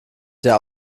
der